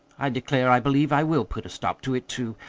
i declare, i believe i will put a stop to it, too!